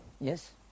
Yes